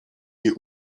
nie